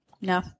No